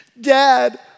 Dad